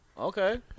Okay